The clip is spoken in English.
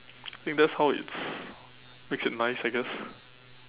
I think that's how it's makes it nice I guess